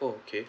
okay